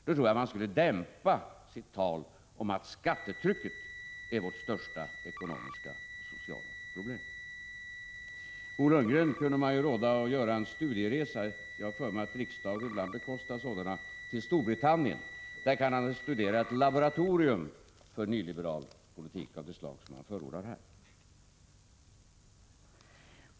Då tror jag man skulle dämpa sitt tal om att skattetrycket är vårt största sociala problem. Bo Lundgren kunde man råda att göra en studieresa — jag har för mig att riksdagen ibland bekostar sådana — till Storbritannien. Där kan han studera ett laboratorium för nyliberal politik av det slag som han här förordat.